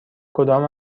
کدام